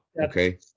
Okay